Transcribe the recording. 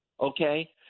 okay